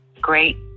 great